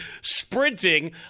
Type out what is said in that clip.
sprinting